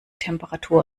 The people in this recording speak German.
temperatur